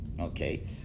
Okay